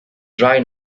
dry